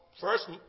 first